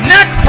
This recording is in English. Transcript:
Neck